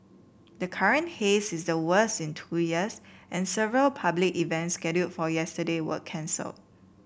the current haze is the worst in two years and several public events scheduled for yesterday were cancel